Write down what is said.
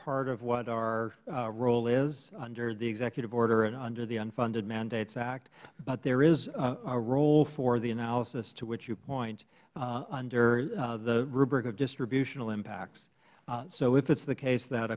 part of what our role is under the executive order and under the unfunded mandates act but there is a role for the analysis to which you point under the rubric of distributional impacts so if it is the case that